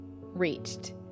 reached